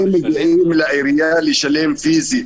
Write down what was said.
הרבה מגיעים לעירייה לשלם פיזית,